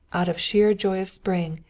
out of sheer joy of spring,